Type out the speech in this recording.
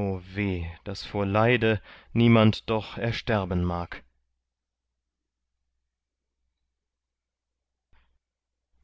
o weh daß vor leide niemand doch ersterben mag